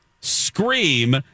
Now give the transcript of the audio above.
Scream